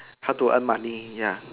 hard to earn money ya